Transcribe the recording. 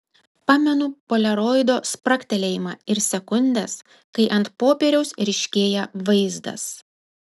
pamenu poliaroido spragtelėjimą ir sekundes kai ant popieriaus ryškėja vaizdas